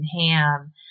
ham